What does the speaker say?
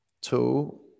two